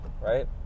Right